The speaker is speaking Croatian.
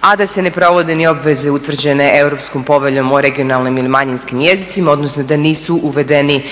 a da se ne provode ni obveze utvrđene Europskom poveljom o regionalnim ili manjinskim jezicima, odnosno da nisu uvedeni